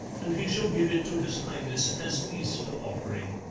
and he shall give it to his highness as easter offering.